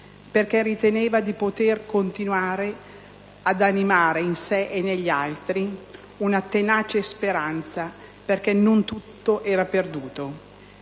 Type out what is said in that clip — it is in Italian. perché riteneva di poter continuare ad animare in sé e negli altri una tenace speranza, perché non tutto era perduto.